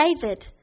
David